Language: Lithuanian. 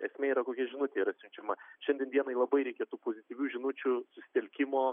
esmė yra kokia žinutė yra siunčiama šiandien dienai labai reikėtų pozityvių žinučių susitelkimo